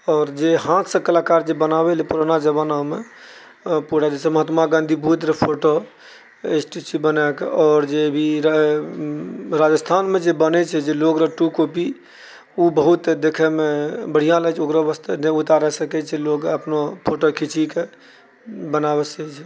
आओर जे हाथसँ कलाकार जे बनाबैलऽ पुराना जमानामऽ अऽ पूरा जाहिसँ महात्मा गाँधी बुद्धरऽ फोटो स्टैचू बनयके आओर जे भी र राजस्थानमऽ जे बनैत छै जे लोगरऽ टू कोपी ओ बहुत देखयमे बढ़िआँ लागैत छै ओकरो वस्ते जे उतारि सकैत छै लोग अपना फोटो खिन्चीके बनावसँ छै जे